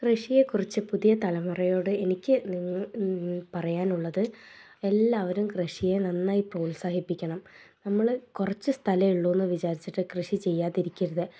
കൃഷിയെ കുറിച്ച് പുതിയ തലമുറയോട് എനിക്ക് ഇനി പറയാനുള്ളത് എല്ലാവരും കൃഷിയെ നന്നായി പ്രോത്സാഹിപ്പിക്കണം നമ്മൾ കുറച്ച് സ്ഥലമേ ഉള്ളൂന്ന് വിചാരിച്ചിട്ട് കൃഷി ചെയ്യാതിരിക്കരുത്